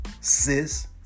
Sis